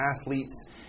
athletes